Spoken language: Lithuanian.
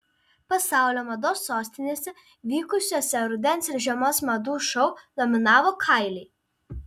pasaulio mados sostinėse vykusiuose rudens ir žiemos madų šou dominavo kailiai